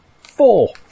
Four